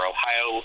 Ohio